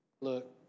look